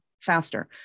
faster